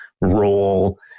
role